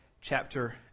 chapter